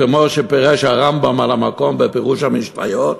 כמו שפירש הרמב"ם על המקום בפירוש המשניות,